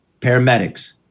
paramedics